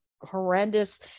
horrendous